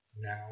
Now